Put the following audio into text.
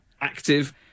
active